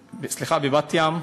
סליחה, בבת-ים.